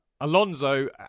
Alonso